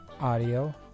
Audio